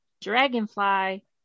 dragonfly